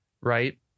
Right